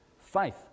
faith